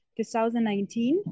2019